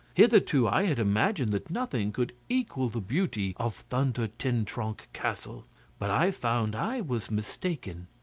hitherto i had imagined that nothing could equal the beauty of thunder-ten-tronckh castle but i found i was mistaken.